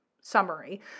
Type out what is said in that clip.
summary